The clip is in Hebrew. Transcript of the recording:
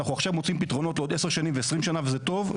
אנחנו עכשיו מוצאים פתרונות לעוד 10 שנים ו-20 שנים וזה טוב,